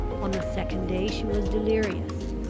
on the second day she was delirious.